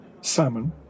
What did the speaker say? salmon